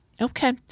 Okay